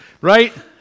Right